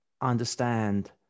understand